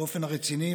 באופן רציני.